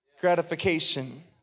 gratification